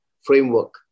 framework